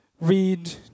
read